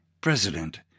President